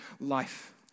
life